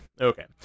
okay